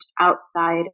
outside